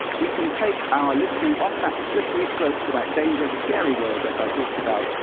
we can take our listening off that slippery slope to that dangerous, scary world that i talked about,